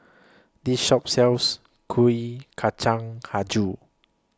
This Shop sells Kuih Kacang Hijau